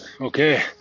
Okay